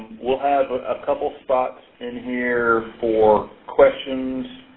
we'll have a ah couple stops in here for questions